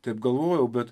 taip galvojau bet